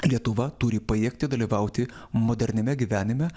lietuva turi pajėgti dalyvauti moderniame gyvenime